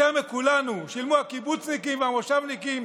יותר מכולנו שילמו הקיבוצניקים והמושבניקים